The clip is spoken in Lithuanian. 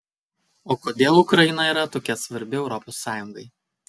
o kodėl ukraina yra tokia svarbi europos sąjungai